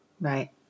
Right